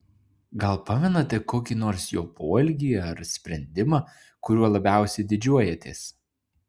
gal pamenate kokį nors jo poelgį ar sprendimą kuriuo labiausiai didžiuojatės